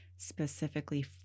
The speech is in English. specifically